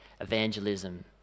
Evangelism